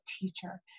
teacher